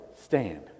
stand